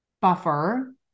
buffer